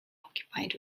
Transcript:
occupied